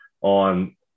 on